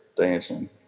dancing